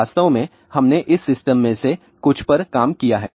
वास्तव में हमने इस सिस्टम में से कुछ पर काम किया है